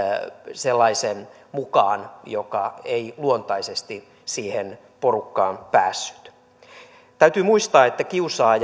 sellaisen mukaan joka ei luontaisesti siihen porukkaan päässyt täytyy muistaa että kiusaaja